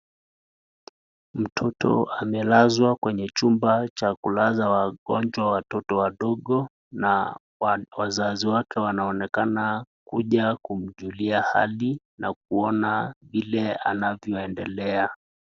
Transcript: Mtoto amelazwa kwenye chumba cha kulaza wagonjwa watoto wadogo na wazazi wake wanaonekana kuja kumjulia hali na kuona vile anavyo endelea.